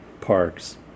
parks